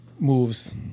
Moves